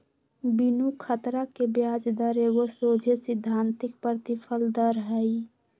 बिनु खतरा के ब्याज दर एगो सोझे सिद्धांतिक प्रतिफल दर हइ